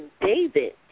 David